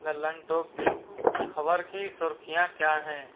लल्लनटोप की खबर की सुर्खियाँ क्या हैं